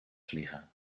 vliegen